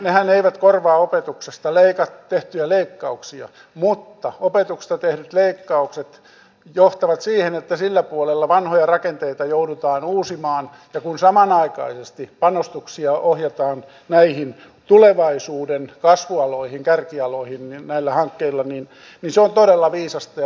nehän eivät korvaa opetuksesta tehtyjä leikkauksia mutta opetuksesta tehdyt leikkaukset johtavat siihen että sillä puolella vanhoja rakenteita joudutaan uusimaan ja kun samanaikaisesti panostuksia ohjataan näihin tulevaisuuden kasvualoihin kärkialoihin näillä hankkeilla niin se on todella viisasta ja vastuullista politiikkaa